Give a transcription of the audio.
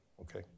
Okay